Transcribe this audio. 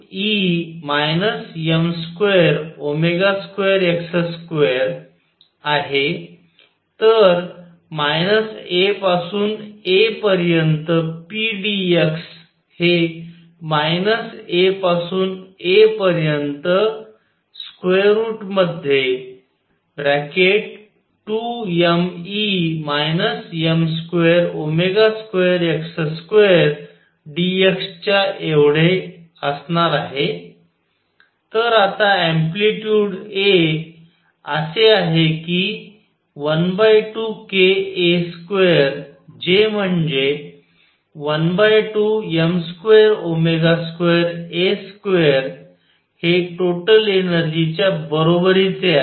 तर minus A पासून A पर्यंत p dx हे मायनस A पासून A पर्यंत √ dx च्या एवढे असणार आहे तर आता अँप्लिटयूड A असे आहे की 12kA2 जे म्हणजेच 12m22A2हे टोटल एनर्जी च्या बरोबरीचे आहे